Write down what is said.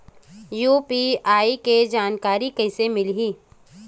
UPI के जानकारी कइसे मिलही?